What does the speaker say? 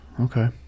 Okay